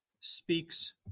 speaks